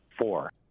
four